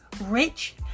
rich